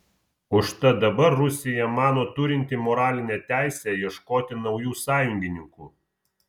užtat dabar rusija mano turinti moralinę teisę ieškoti naujų sąjungininkų